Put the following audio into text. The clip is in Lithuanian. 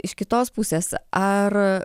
iš kitos pusės ar